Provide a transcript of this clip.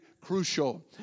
crucial